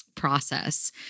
process